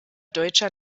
deutscher